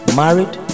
married